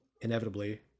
inevitably